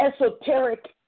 esoteric